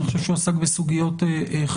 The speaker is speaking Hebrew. אני חושב שהוא עסק בסוגיות חשובות.